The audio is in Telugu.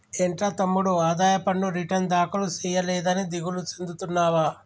ఏంట్రా తమ్ముడు ఆదాయ పన్ను రిటర్న్ దాఖలు సేయలేదని దిగులు సెందుతున్నావా